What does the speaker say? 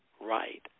Right